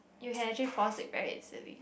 you can actually fall sick very easily